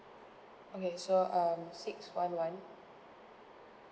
okay so um six one one